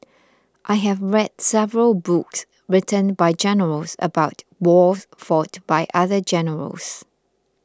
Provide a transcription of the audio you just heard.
I have read several books written by generals about wars fought by other generals